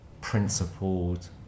principled